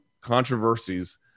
Controversies